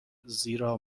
زیرا